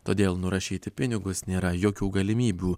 todėl nurašyti pinigus nėra jokių galimybių